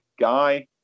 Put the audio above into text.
guy